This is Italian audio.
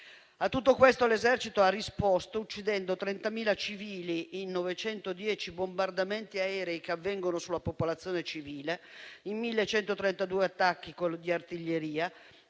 A tutto questo l'esercito ha risposto uccidendo 30.000 civili in 910 bombardamenti aerei che avvengono sulla popolazione civile, in 1.132 attacchi di artiglieria,